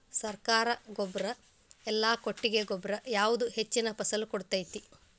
ಸರ್ಕಾರಿ ಗೊಬ್ಬರ ಇಲ್ಲಾ ಕೊಟ್ಟಿಗೆ ಗೊಬ್ಬರ ಯಾವುದು ಹೆಚ್ಚಿನ ಫಸಲ್ ಕೊಡತೈತಿ?